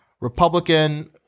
republican